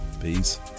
Peace